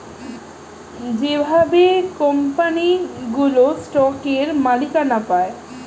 যেভাবে কোম্পানিগুলো স্টকের মালিকানা পায়